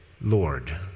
Lord